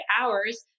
hours